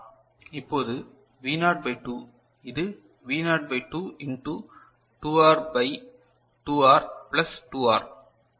இப்போது V naught by 2 இது V naught by 2 into 2 R by 2 R plus 2 R